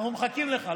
אנחנו מחכים לך.